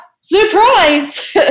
Surprise